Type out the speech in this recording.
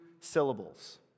syllables